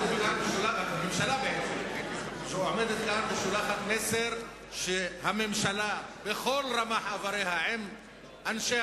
הממשלה עומדת כאן ושולחת מסר שהממשלה בכל רמ"ח איבריה עם אנשי